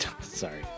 Sorry